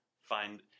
find